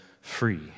free